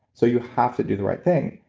so you have to do the right thing.